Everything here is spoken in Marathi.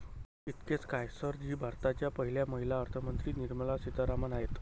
इतकेच काय, सर जी भारताच्या पहिल्या महिला अर्थमंत्री निर्मला सीतारामन आहेत